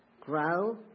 grow